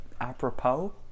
apropos